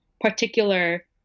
particular